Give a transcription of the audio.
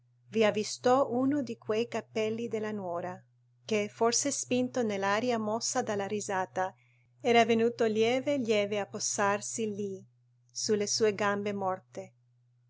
vi avvistò uno di quei capelli della nuora che forse spinto nell'aria mossa dalla risata era venuto lieve lieve a posarsi lì su le sue gambe morte